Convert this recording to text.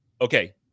Okay